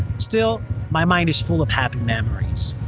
still my mind is full of happy memories.